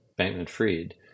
Bankman-Fried